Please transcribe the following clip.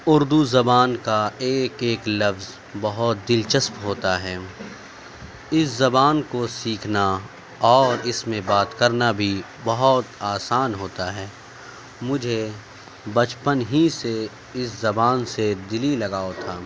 اردو زبان کا ایک ایک لفظ بہت دلچسپ ہوتا ہے اس زبان کو سیکھنا اور اس میں بات کرنا بھی بہت آسان ہوتا ہے مجھے بچپن ہی سے اس زبان سے دلی لگاؤ تھا